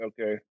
Okay